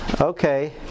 okay